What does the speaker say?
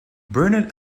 bernard